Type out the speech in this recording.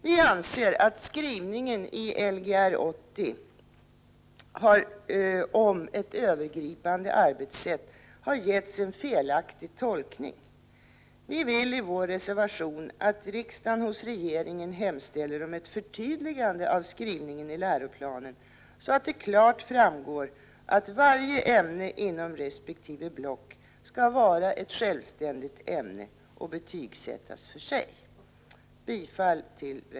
Vi anser att skrivningen i Lgr 80 om ett övergripande arbetssätt har getts en felaktig tolkning. Vi vill i vår reservation att riksdagen hos regeringen 127 hemställer om ett förtydligande av skrivningen i läroplanen, så att det klart framgår att varje ämne inom resp. block skall vara ett självständigt ämne och betygsättas för sig.